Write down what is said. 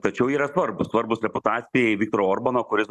tačiau yra svarbūs svarbūs reputacijai viktoro orbano kuris